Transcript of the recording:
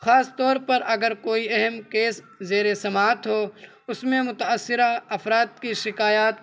خاص طور پر اگر کوئی اہم کیس زیرِ سماعت ہو اس میں متأثرہ افراد کی شکایات